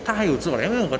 她还有做